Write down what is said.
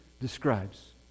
describes